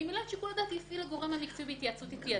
ממילא את שיקול הדעת יפעיל הגורם המקצועי בהתייעצות איתי.